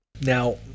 Now